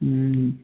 हम